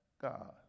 God